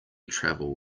travel